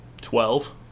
Twelve